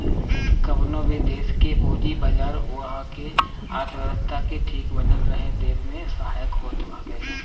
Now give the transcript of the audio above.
कवनो भी देस के पूंजी बाजार उहा के अर्थव्यवस्था के ठीक बनल रहे देवे में सहायक होत हवे